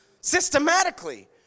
systematically